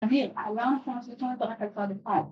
‫עמיר, אהלן חמישית, ‫אני רוצה לתת לכם קצת דקה.